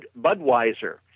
Budweiser